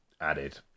added